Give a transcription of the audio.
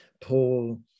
Paul